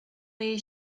jej